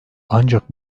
ancak